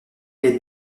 les